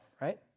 Right